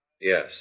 Yes